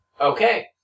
Okay